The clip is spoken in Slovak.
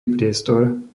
priestor